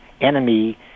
enemy